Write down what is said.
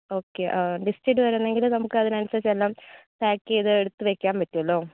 okay list ഇടുവായിരുന്നെങ്കിൽ നമുക്ക് അതിനനുസരിച്ച് എല്ലാം പാക്ക് ചെയ്ത് എടുത്ത് വെക്കാൻ പറ്റുവല്ലോ